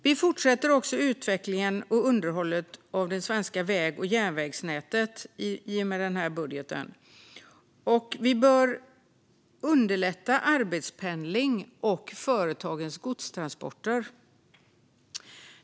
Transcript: Vi fortsätter också utvecklingen och underhållet av det svenska väg och järnvägsnätet i och med den här budgeten. Och vi bör underlätta arbetspendling och företagens godstransporter.